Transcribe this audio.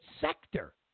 sector